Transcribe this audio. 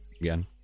again